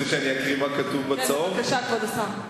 אתה רוצה שאני אקריא מה כתוב בפתק הצהוב?